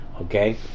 okay